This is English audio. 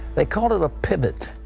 they called it a pivot.